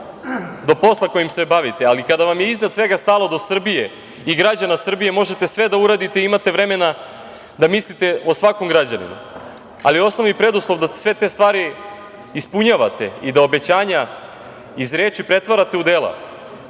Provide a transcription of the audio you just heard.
do posla kojim se bavite, ali kada vam je iznad svega stalo do Srbije i građana Srbije možete sve da uradite i imate vremena da mislite o svakom građaninu. Osnovni preduslov da sve te stvari ispunjavate i da obećanja iz reči pretvarate u dela,